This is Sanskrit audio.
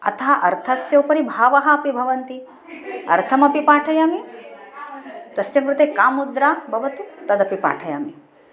अतः अर्थस्य उपरि भावाः अपि भवन्ति अर्थमपि पाठयामि तस्य कृते का मुद्रा भवतु तदपि पाठयामि